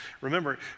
Remember